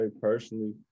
personally